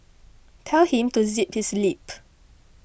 tell him to zip his lip